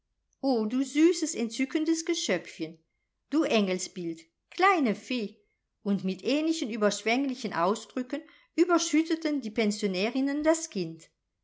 o du süßes entzückendes geschöpfchen du engelsbild kleine fee und mit ähnlichen überschwenglichen ausdrücken überschütteten die pensionärinnen das kind